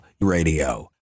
radio